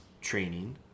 training